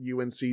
UNC